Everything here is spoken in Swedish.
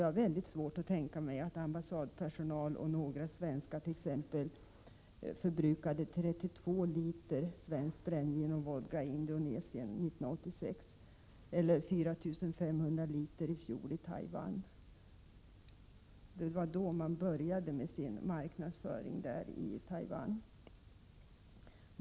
Jag har dock väldigt svårt att tänka mig att ambassadpersonal och ett fåtal svenskar förbrukade 32 000 liter svenskt brännvin och svensk vodka i Indonesien 1986 eller 4 500 liter i Taiwan i fjol. Det var då man började med sin marknadsföring i Taiwan.